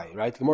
right